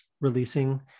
releasing